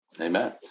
Amen